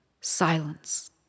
Silence